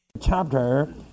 Chapter